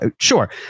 sure